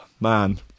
Man